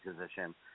position